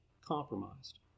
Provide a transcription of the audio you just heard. compromised